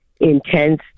intense